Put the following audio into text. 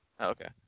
Okay